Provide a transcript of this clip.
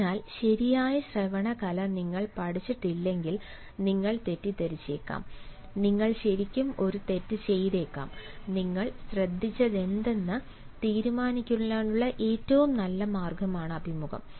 അതിനാൽ ശരിയായ ശ്രവണകല നിങ്ങൾ പഠിച്ചിട്ടില്ലെങ്കിൽ നിങ്ങൾ തെറ്റിദ്ധരിച്ചേക്കാം നിങ്ങൾ ശരിക്കും ഒരു തെറ്റ് ചെയ്തേക്കാം നിങ്ങൾ ശ്രദ്ധിച്ചതെന്തെന്ന് തീരുമാനിക്കാനുള്ള ഏറ്റവും നല്ല മാർഗമാണ് അഭിമുഖം